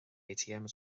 atms